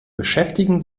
beschäftigen